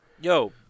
Yo